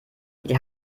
die